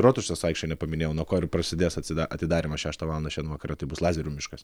rotušės aikštė nepaminėjau nuo ko ir prasidės atsida atidarymas šeštą valandą šiandien vakare tai bus lazerių miškas